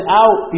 out